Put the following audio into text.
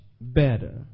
better